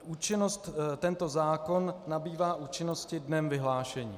Účinnost, tento zákon nabývá účinnosti dnem vyhlášení.